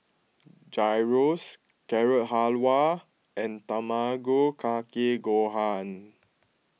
Gyros Carrot Halwa and Tamago Kake Gohan